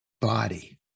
body